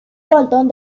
bolton